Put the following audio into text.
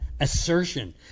assertion